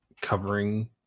covering